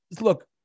look